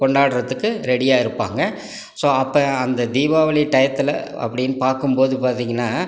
கொண்டாடுறத்துக்கு ரெடியாக இருப்பாங்க ஸோ அப்போ அந்த தீபாவளி டையத்தில் அப்படின் பார்க்கும் போது பார்த்திங்கனா